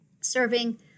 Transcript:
serving